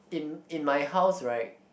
in in my house right